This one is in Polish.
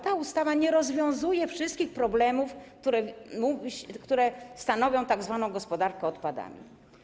Ta ustawa nie rozwiązuje wszystkich problemów, które stanowią tzw. gospodarkę odpadami.